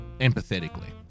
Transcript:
empathetically